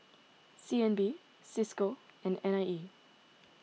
C N B Cisco and N I E